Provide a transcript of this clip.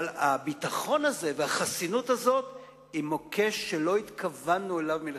אבל הביטחון הזה והחסינות הזו זה מוקש שלא התכוונו אליו מלכתחילה.